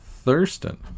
Thurston